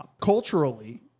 Culturally